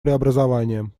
преобразованиям